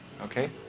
Okay